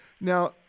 now